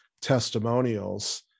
testimonials